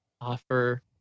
offer